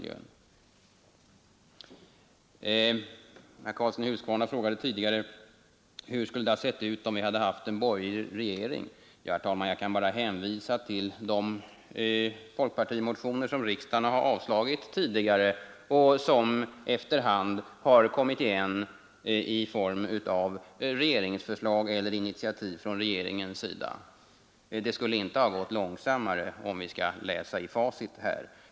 Jag skall bara hänvisa till de folkpartimotioner som riksdagen har avslagit tidigare och som efter hand har kommit igen i form av regeringsförslag eller andra initiativ från regeringens sida. Om vi läser i facit finner vi att det inte skulle ha gått långsammare om vi haft en borgerlig regering.